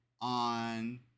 on